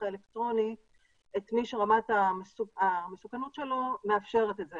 האלקטרוני את מיש רמת המסוכנות שלו מאפשרת את זה,